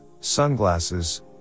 sunglasses